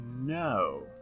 No